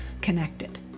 connected